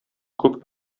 күп